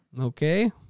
Okay